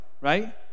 right